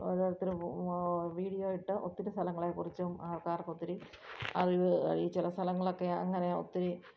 ഓരോരുത്തരം video ഇട്ട് ഒത്തിരി സ്ഥലങ്ങളെക്കുറിച്ചും ആൾക്കാർക്കൊത്തിരി അറിവ് ഈ ചില സ്ഥലങ്ങളൊക്കെ അങ്ങനെ ഒത്തിരി